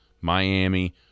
Miami